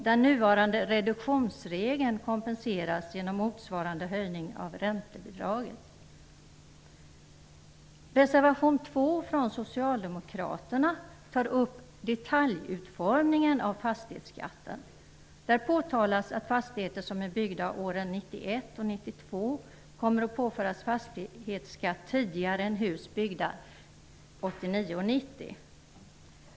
Den nuvarande reduktionsregeln kompenseras genom motsvarande höjning av räntebidraget. I reservation 2 från Socialdemokraterna tar man upp detaljutformningen av fastighetsskatten. Där påtalas att fastigheter som är byggda åren 1991 och 1992 kommer att påföras fastighetsskatt tidigare än hus byggda 1989 och 1990.